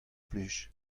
plij